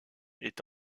est